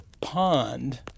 pond